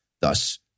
Thus